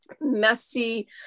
messy